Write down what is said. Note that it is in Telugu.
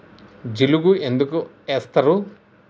జిలుగు ఎందుకు ఏస్తరు?